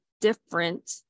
different